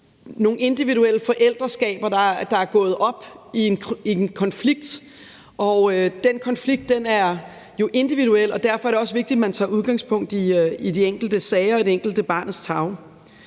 nogle individuelle forældreskaber, der er gået op i en konflikt, og den konflikt er jo individuel. Derfor er det også vigtigt, at man tager udgangspunkt i de enkelte sager og det